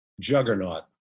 juggernaut